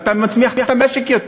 אתה מצמיח את המשק יותר.